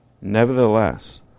Nevertheless